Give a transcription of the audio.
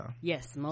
Yes